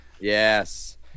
Yes